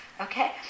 Okay